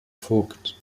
voigt